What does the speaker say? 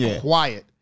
quiet